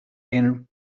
and